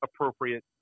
appropriate